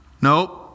Nope